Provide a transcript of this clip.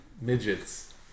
Midgets